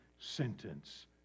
sentence